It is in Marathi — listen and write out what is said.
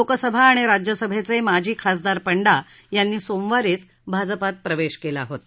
लोकसभा आणि राज्यसभेचे माजी खासदार पंडा यांनी सोमवारीच भाजपात प्रवेश केला होता